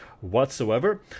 whatsoever